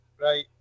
right